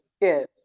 yes